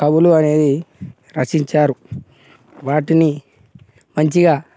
కవులు అనేది రచించారు వాటిని మంచిగా